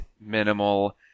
minimal